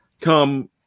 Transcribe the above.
come